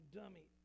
dummy